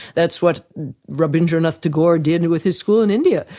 that's what rabindranath tagore did with his school in india.